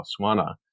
Botswana